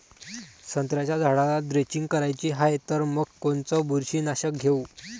संत्र्याच्या झाडाला द्रेंचींग करायची हाये तर मग कोनच बुरशीनाशक घेऊ?